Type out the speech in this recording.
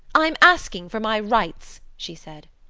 i'm asking for my rights. she said.